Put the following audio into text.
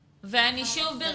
רבה.